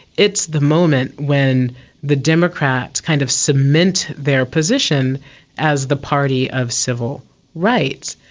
it's the moment when the democrats kind of cement their position as the party of civil rights.